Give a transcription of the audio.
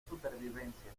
supervivencia